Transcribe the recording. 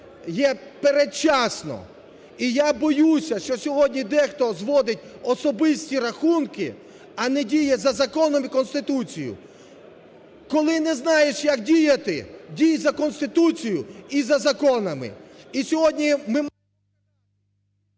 є передчасно. І я боюся, що сьогодні дехто зводить особисті рахунки, а не діє за законом і Конституцією. Коли не знаєш, як діяти, дій за Конституцією і за законами.